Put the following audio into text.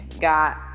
got